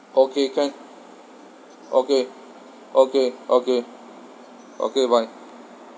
okay can okay okay okay okay bye